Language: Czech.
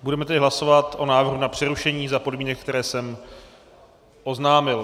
Budeme tedy hlasovat o návrhu na přerušení za podmínek, které jsem oznámil.